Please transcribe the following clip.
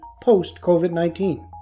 post-COVID-19